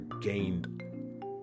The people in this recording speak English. gained